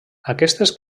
aquestes